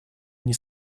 они